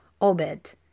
Obed